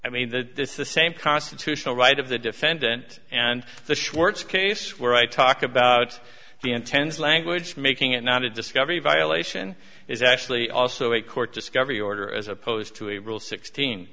that the same constitutional right of the defendant and the schwarz case where i talk about the intense language making it not a discovery violation is actually also a court discovery order as opposed to a rule sixteen